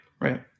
right